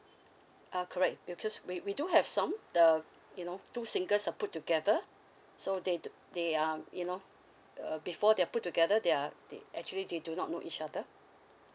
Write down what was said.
ah correct we'll just we we do have some the you know two singles are put together so they do they are you know uh before they are put together they are they actually they do not know each other